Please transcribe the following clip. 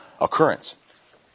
occurrence